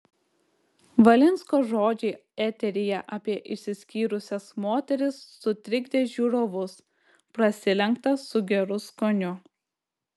valinsko žodžiai eteryje apie išsiskyrusias moteris sutrikdė žiūrovus prasilenkta su geru skoniu